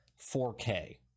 4K